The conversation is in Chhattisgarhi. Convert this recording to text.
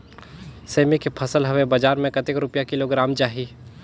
सेमी के फसल हवे बजार मे कतेक रुपिया किलोग्राम जाही?